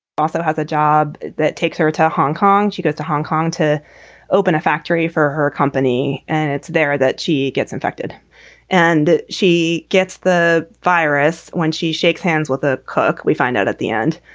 also has a job that takes her to hong kong she goes to hong kong to open a factory for her company and it's there that she gets infected and she gets the virus when she shakes hands with a cook. we find out at the end,